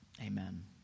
amen